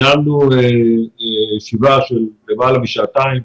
ניהלנו ישיבה של למעלה משעתיים